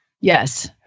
Yes